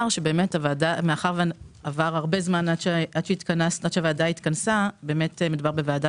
מאחר ועבר זמן רב עד שהוועדה התכנסה מדובר בוועדה